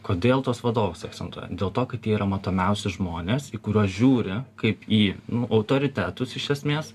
kodėl tuos vadovus akcentuoja dėl to kad jie yra matomiausi žmonės į kuriuos žiūri kaip į autoritetus iš esmės